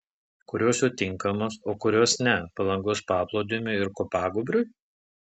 kurios jų tinkamos o kurios ne palangos paplūdimiui ir kopagūbriui